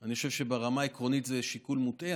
אני חושב שברמה העקרונית זה שיקול מוטעה,